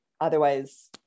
Otherwise-